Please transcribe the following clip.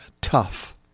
tough